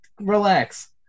relax